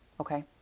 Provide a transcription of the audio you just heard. Okay